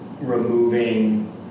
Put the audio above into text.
removing